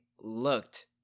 looked